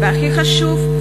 והכי חשוב,